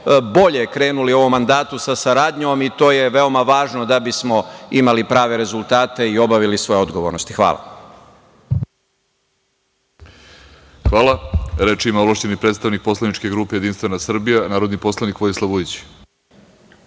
bolje krenuli u ovom mandatu sa saradnjom i to je veoma važno da bismo imali prave rezultate i obavili svoje odgovornosti. Hvala vam. **Vladimir Orlić** Reč ima ovlašćeni predstavnik, poslaničke grupe JS, narodni poslanik Vojislav Vujić.